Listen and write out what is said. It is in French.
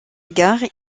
gare